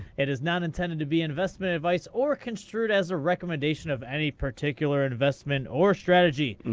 it is not intended to be investment advice or construed as a recommendation of any particular investment or strategy.